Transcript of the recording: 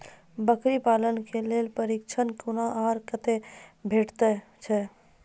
बकरी पालन के लेल प्रशिक्षण कूना आर कते भेटैत छै?